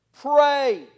Pray